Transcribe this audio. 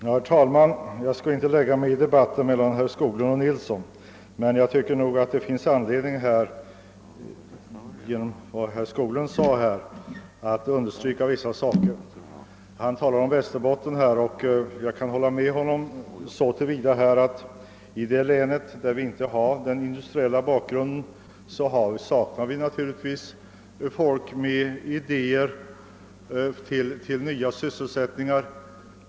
Herr talman! Jag skall inte lägga mig i debatten mellan herrar Skoglund och Nilsson i Tvärålund, men jag tycker det finns anledning att understryka vissa saker i anslutning till vad herr Skoglund sade. Jag kan hålla med herr Skoglund om att vi i vårt län, eftersom vi inte har någon industriell bakgrund, lider brist på idéer om nya sysselsättningar.